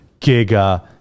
giga